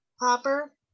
popper